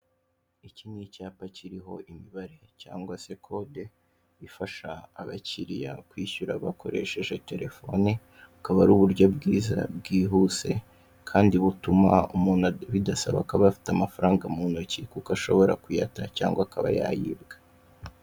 Iki ni icyapa kiriho imibare cyangwa se kode ifasha abakiriya kwishyura bakoresheje telefone, bukaba ari uburyo bwiza bwihuse, kandi butuma umuntu bidasaba ko aba afite amafaranga mu ntoki kuko ashobora kuyata cyangwa akaba yayibwa.